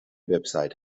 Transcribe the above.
website